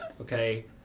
Okay